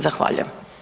Zahvaljujem.